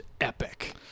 epic